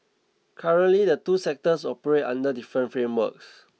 currently the two sectors operate under different frameworks